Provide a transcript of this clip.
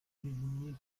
désigner